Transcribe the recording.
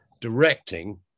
directing